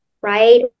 right